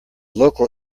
local